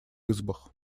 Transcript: избах